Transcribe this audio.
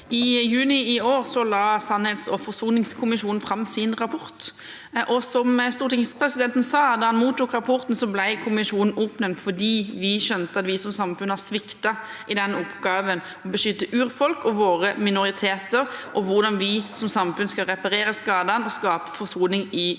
I juni i år la sannhets- og forsoningskommisjonen fram sin rapport. Som stortingspresidenten sa da han mottok rapporten, ble kommisjonen oppnevnt fordi vi skjønte at vi som samfunn har sviktet i oppgaven med å beskytte urfolk og våre minoriteter, og i hvordan vi som samfunn skal reparere skadene og skape forsoning i